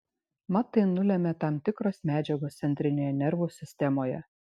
mat tai nulemia tam tikros medžiagos centrinėje nervų sistemoje